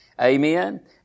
Amen